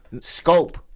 scope